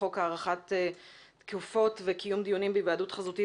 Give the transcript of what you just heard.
חוק הארכת תקופות וקיום דיונים בהיוועדות חזותית